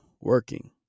working